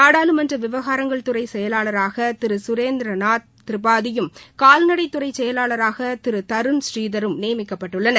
நாடாளுமன்ற விவகாரங்கள் துறை செயவாளராக திரு சுரேந்திரநாத் திரிபாதி யும் கால்நடைத்துறை செயலராக திரு தருண் பூரீதரும் நியமிக்கப்பட்டுள்ளனர்